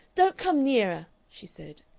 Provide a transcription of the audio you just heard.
don't come nearer! she said.